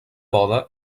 boda